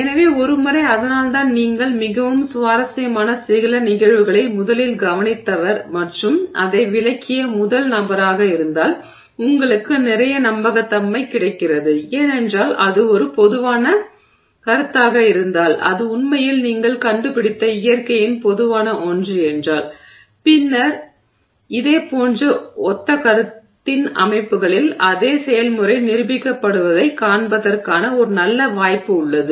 எனவே ஒருமுறை அதனால்தான் நீங்கள் மிகவும் சுவாரஸ்யமான சில நிகழ்வுகளை முதலில் கவனித்தவர் மற்றும் அதை விளக்கிய முதல் நபராக இருந்தால் உங்களுக்கு நிறைய நம்பகத்தன்மை கிடைக்கிறது ஏனென்றால் அது ஒரு பொதுவான கருத்தாக இருந்தால் அது உண்மையில் நீங்கள் கண்டுபிடித்த இயற்கையின் பொதுவான ஒன்று என்றால் பின்னர் இதே போன்ற ஒத்த கருத்தின் அமைப்புகளில் அதே செயல்முறை நிரூபிக்கப்படுவதைக் காண்பதற்கான ஒரு நல்ல வாய்ப்பு உள்ளது